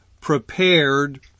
prepared